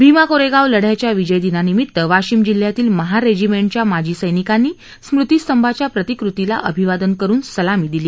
भीमा कोरेगाव लढ्याच्या विजय दिना निमित्त वाशिम जिल्ह्यातील महार रेजिमेंटच्या माजी सैनिकांनी स्मृति स्तंभांच्या प्रतिकृतीला अभिवादन करून सलामी दिली